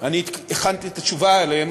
הכנתי את התשובה עליהן,